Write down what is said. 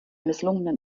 misslungenen